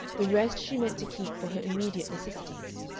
the rest she meant to keep for her immediate necessities.